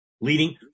leading